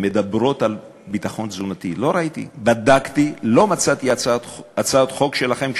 לא ראיתי את הצעות החוק שלכם המדברות על ביטחון תזונתי.